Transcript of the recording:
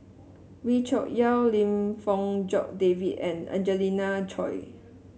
Wee Cho Yaw Lim Fong Jock David and Angelina Choy